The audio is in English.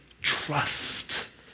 trust